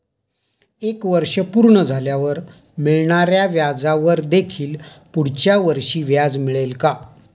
एक वर्ष पूर्ण झाल्यावर मिळणाऱ्या व्याजावर देखील पुढच्या वर्षी व्याज मिळेल का?